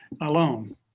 alone